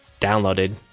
downloaded